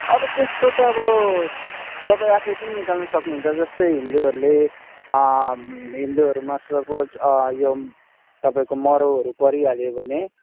अब त्यस्तो त अब तपाईँ आफै पनि निकाल्नु सक्नुहुन्छ जस्तै हिन्दूहरूले हिन्दुहरूमा सपोज यो तपाईँको यो मरौहरू परिहाल्यो भने